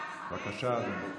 בבקשה, אדוני.